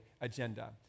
agenda